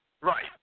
Right